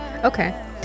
Okay